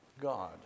God